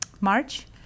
March